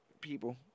people